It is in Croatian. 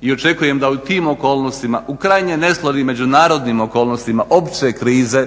i očekujem da u tim okolnostima u krajnje neslavnim međunarodnim okolnostima opće krize,